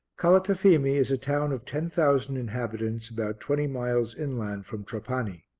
calatafimi is a town of ten thousand inhabitants about twenty miles inland from trapani.